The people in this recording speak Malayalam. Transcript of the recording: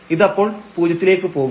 ഇത് അപ്പോൾ പൂജ്യത്തിലേക്ക് പോകും